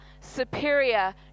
superior